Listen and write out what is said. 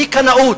בלי קנאות,